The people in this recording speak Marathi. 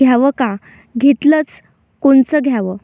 घ्याव का घेतलं च कोनचं घ्याव?